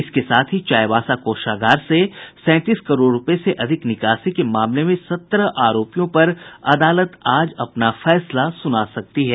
इसके साथ ही चाईवासा कोषागार से सैंतीस करोड़ रूपये से अधिक निकासी के मामले में सत्रह आरोपियों पर अदालत आज अपना फैसला सुना सकती है